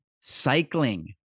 cycling